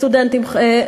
סטודנטים,